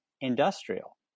industrial